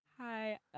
Hi